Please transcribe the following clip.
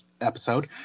episode